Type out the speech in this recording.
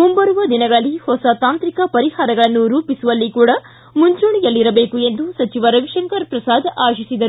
ಮುಂಬರುವ ದಿನಗಳಲ್ಲಿ ಹೊಸ ತಾಂತ್ರಿಕ ಪರಿಹಾರಗಳನ್ನು ರೂಪಿಸುವಲ್ಲಿ ಕೂಡ ಮುಂಚೂಣಿಯಲ್ಲಿರಬೇಕು ಎಂದು ಸಚಿವ ರವಿಶಂಕರ್ ಪ್ರಸಾದ್ ಆಶಿಸಿದರು